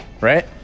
right